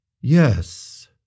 Yes